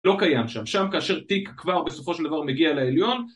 לא קיים שם, שם כאשר תיק כבר בסופו של דבר מגיע לעליון